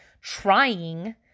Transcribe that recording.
trying